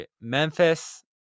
Memphis